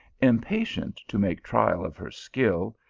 impatient to make trial of her skill,